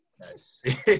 nice